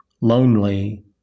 lonely